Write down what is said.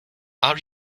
are